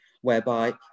whereby